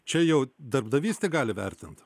čia jau darbdavys tik gali vertint